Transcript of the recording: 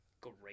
Great